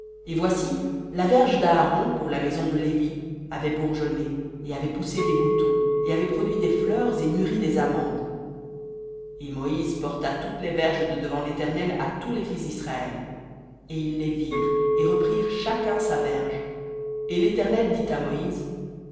et voici la verge d'aaron pour la maison de lévi avait bourgeonné et avait poussé des boutons et avait produit des fleurs et mûri des amandes et moïse porta toutes les verges de devant l'éternel à tous les fils d'israël et ils les virent et reprirent chacun sa verge et l'éternel dit à moïse